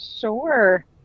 Sure